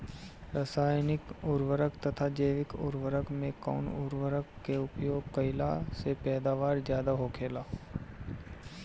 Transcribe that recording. रसायनिक उर्वरक तथा जैविक उर्वरक में कउन उर्वरक के उपयोग कइला से पैदावार ज्यादा होखेला?